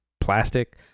plastic